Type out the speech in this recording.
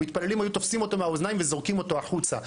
המתפללים היו תופסים אותו מהאוזניים וזורקים אותו החוצה.